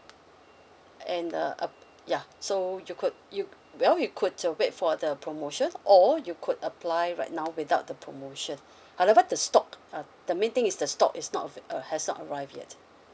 and uh um ya so you could you well you could uh wait for the promotion or you could apply right now without the promotion however the stock uh the main thing is the stock is not uh has not arrived yet